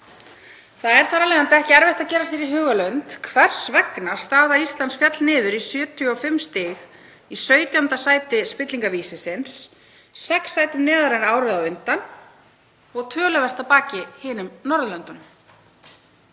Það er þar af leiðandi ekki erfitt að gera sér í hugarlund hvers vegna staða Íslands féll niður í 75 stig, í 17. sæti spillingarvísisins, sex sætum neðar en árið á undan og stendur töluvert að baki hinum Norðurlöndunum.